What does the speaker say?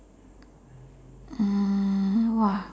uh !wah!